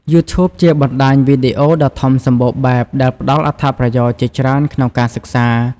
យូធូប ជាបណ្តាញវីដេអូដ៏ធំសម្បូរបែប ដែលផ្តល់អត្ថប្រយោជន៍ជាច្រើនក្នុងការសិក្សា។